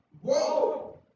Whoa